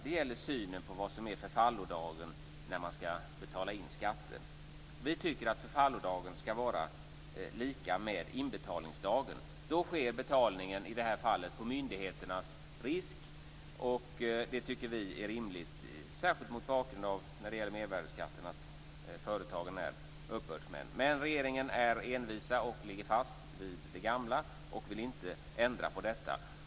Det gäller synen på vad som är förfallodagen när man skall betala in skatter. Vi tycker att förfallodagen skall vara lika med inbetalningsdagen. Då sker betalningen i det här fallet på myndigheternas risk. Det tycker vi är rimligt, särskilt mot bakgrund av att företagen är uppbördsmän när det gäller mervärdesskatten. Men regeringen är envis och håller fast vid det gamla, och man vill inte ändra på detta.